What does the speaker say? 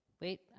Wait